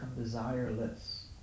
desireless